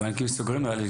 הבנקים סוגרים.